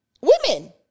Women